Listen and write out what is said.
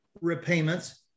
repayments